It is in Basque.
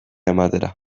ematera